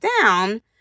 down